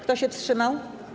Kto się wstrzymał?